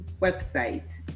website